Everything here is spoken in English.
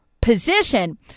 position